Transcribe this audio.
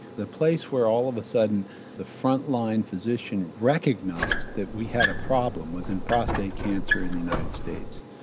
the place where all of a sudden the front line physician recognised that we had a problem was in prostate cancer in the united states,